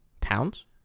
towns